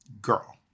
Girl